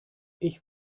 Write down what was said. ich